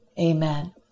amen